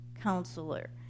counselor